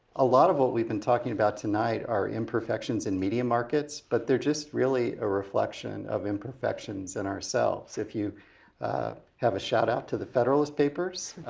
a lot of what we've been talking about tonight are imperfections in media markets. but they're just really a reflection of imperfections in ourselves. if you have a shout-out to the federalist papers.